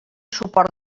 suport